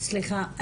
סליחה,